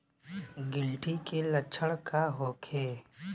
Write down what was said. गिलटी के लक्षण का होखे?